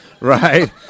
right